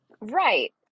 Right